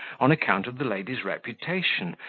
on account of the lady's reputation,